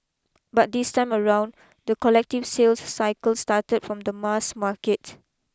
but this time around the collective sales cycle started from the mass market